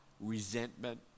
resentment